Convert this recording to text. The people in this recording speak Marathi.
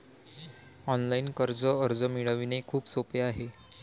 ऑनलाइन कर्ज अर्ज मिळवणे खूप सोपे आहे